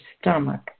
stomach